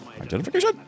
Identification